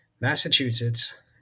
Massachusetts